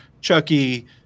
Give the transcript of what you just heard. chucky